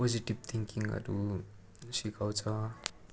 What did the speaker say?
positive थिङ्किङहरू सिकाउँछ